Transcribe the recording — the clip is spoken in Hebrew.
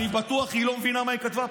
אני בטוח שהיא לא מבינה מה היא כתבה פה: